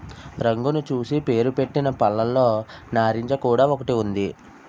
రంగును చూసి పేరుపెట్టిన పళ్ళులో నారింజ కూడా ఒకటి ఉంది